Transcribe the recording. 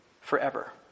forever